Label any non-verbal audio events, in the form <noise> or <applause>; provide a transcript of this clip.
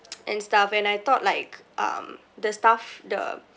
<noise> and stuff and I thought like um the staff the